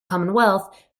commonwealth